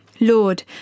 Lord